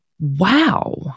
Wow